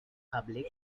public